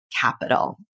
Capital